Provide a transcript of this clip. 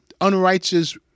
unrighteous